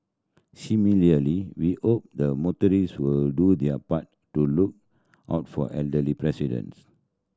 similarly we hope the motorist will do their part to look out for elderly presidents